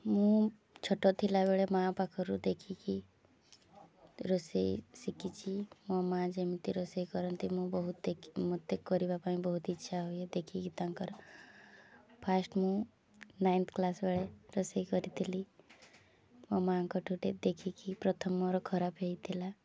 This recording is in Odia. ମୁଁ ଛୋଟ ଥିଲା ବେଳେ ମାଆ ପାଖରୁ ଦେଖିକି ରୋଷେଇ ଶିଖିଛି ମୋ ମାଆ ଯେମିତି ରୋଷେଇ କରନ୍ତି ମୁଁ ବହୁତ ଦେଖି ମୋତେ କରିବା ପାଇଁ ବହୁତ ଇଚ୍ଛା ହୁଏ ଦେଖିକି ତାଙ୍କର ଫାଷ୍ଟ ମୁଁ ନାଇନ୍ଥ କ୍ଲାସ୍ ବେଳେ ରୋଷେଇ କରିଥିଲି ମୋ ମାଆଙ୍କଠୁ ଗୋଟେ ଦେଖିକି ପ୍ରଥମ ମୋର ଖରାପ ହେଇଥିଲା